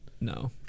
No